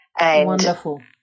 Wonderful